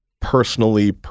personally